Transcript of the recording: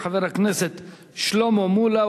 חבר הכנסת שלמה מולה,